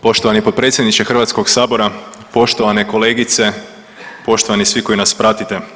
Poštovani potpredsjedniče HS-a, poštovane kolegice, poštovani svi koji nas pratite.